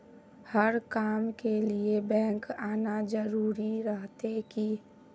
हर काम के लिए बैंक आना जरूरी रहते की?